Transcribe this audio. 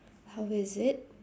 how is it